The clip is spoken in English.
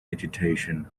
agitation